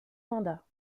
mandats